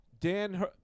Dan